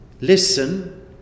listen